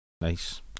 nice